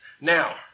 Now